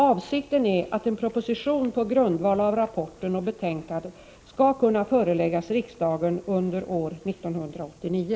Avsikten är att en proposition på grundval av rapporten och betänkandet skall kunna föreläggas riksdagen under år 1989.